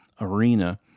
arena